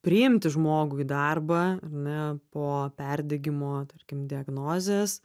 priimti žmogų į darbą ar ne po perdegimo tarkim diagnozės